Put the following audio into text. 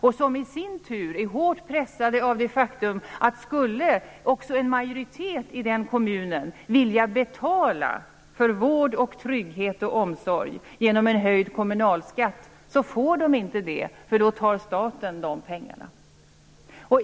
Dessa i sin tur är hårt pressade av det faktum att skulle en majoritet i kommunen vilja betala för vård, trygghet och omsorg genom en höjd kommunalskatt får de inte det därför att staten tar de pengarna.